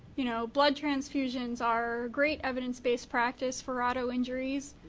you know blood transfusions are great evidence-based practice for auto injuries.